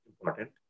important